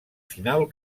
final